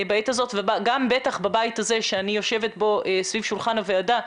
ובטח בבית הזה שאני יושבת בו סביב שולחן הוועדה,